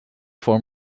form